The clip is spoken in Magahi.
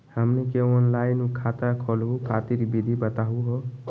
हमनी के ऑनलाइन खाता खोलहु खातिर विधि बताहु हो?